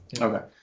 Okay